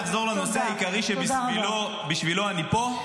אני רוצה לחזור לנושא העיקרי שבשבילו אני פה.